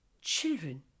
Children